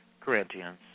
Corinthians